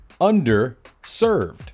underserved